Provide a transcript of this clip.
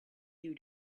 you